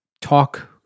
talk